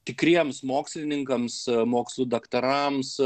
tikriems mokslininkams mokslų daktarams